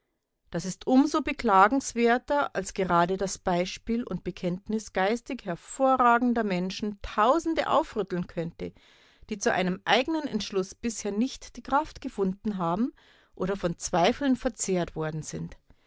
das ist um so beklagenswerter als gerade das beispiel und bekenntnis geistig hervorragender menschen tausende aufrütteln könnte die zu einem eigenen entschluß bisher nicht die kraft gefunden haben oder von zweifeln verzehrt worden sind